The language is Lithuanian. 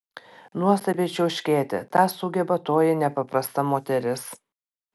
nuostabiai čiauškėti tą sugeba toji nepaprasta moteris